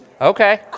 Okay